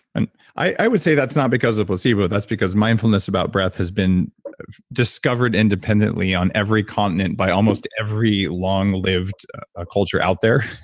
and i would say that's not because of placebo that's because mindfulness about breath has been discovered independently on every continent by almost every long lived ah culture out there.